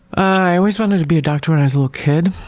i always wanted to be a doctor when i was little kid.